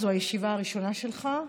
זו הישיבה הראשונה שלך.